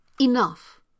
enough